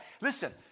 listen